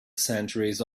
centuries